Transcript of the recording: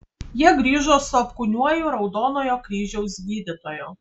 jie grįžo su apkūniuoju raudonojo kryžiaus gydytoju